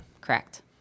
Correct